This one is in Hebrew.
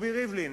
רובי ריבלין,